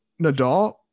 Nadal